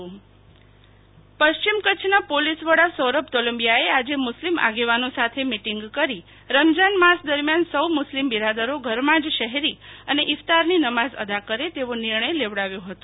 Shital Vaishnav police વડા મુસ્લિમ બિરાદરો પશ્ચિમ કચ્છના પોલિસ વડા સૌરભ તોલમ્બિયા એ આજે મુસ્લિમ આગેવાનો સાથે મીટિંગ કરી રમઝાન માસ દરમ્યન સૌ મુસ્લિમ બિરા દરો ઘર માજ શહેરી અને ઇફ્તાર ની નમાઝ અદા કરે તેવો નિર્ણય લેવડાવ્યો હતો